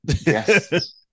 yes